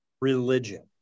religion